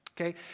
Okay